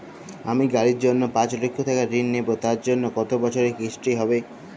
আমি গাড়ির জন্য পাঁচ লক্ষ টাকা ঋণ নেবো তার জন্য কতো বছরের কিস্তি হবে?